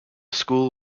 school